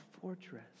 fortress